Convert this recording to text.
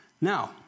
now